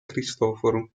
cristoforo